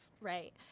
right